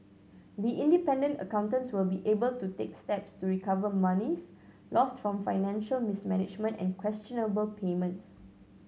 the independent accountants will be able to take steps to recover monies lost from financial mismanagement and questionable payments